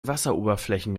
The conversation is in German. wasseroberflächen